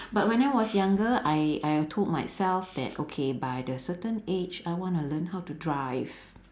but when I was younger I I told myself that okay by the certain age I want to learn how to drive